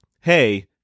hey